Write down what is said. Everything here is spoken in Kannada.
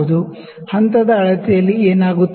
ಸ್ಟೆಪ್ ಮೆಜರ್ಮೆಂಟ್ ಯಲ್ಲಿ ಏನಾಗುತ್ತದೆ